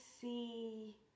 see